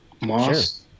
Moss